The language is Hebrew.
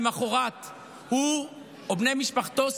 למוחרת הוא או בני משפחתו,